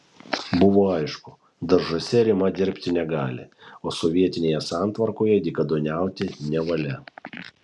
buvo aišku daržuose rima dirbti negali o sovietinėje santvarkoje dykaduoniauti nevalia